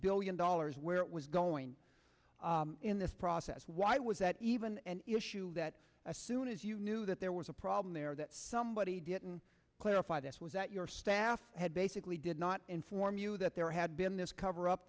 billion dollars where it was going in this process why was that even an issue that as soon as you knew that there was a problem there that somebody didn't clarify this was that your staff had basically did not inform you that there had been this cover up